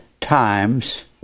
times